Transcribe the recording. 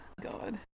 God